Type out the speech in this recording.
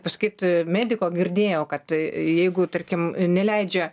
pasakyt mediko girdėjau kad jeigu tarkim e neleidžia